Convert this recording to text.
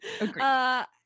Agreed